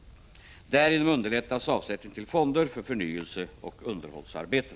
Därigenom underlättas avsättning till fonder för förnyelseoch underhållsarbeten.